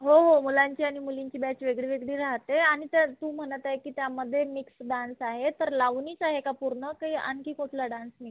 हो हो मुलांची आणि मुलींची बॅच वेगळीवेगळी राहते आणि तर तू म्हणत आहे की त्यामध्ये मिक्स डान्स आहे तर लावणीच आहे का पूर्ण की आणखी कुठला डान्स मिक्स आहे